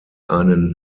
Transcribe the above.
einen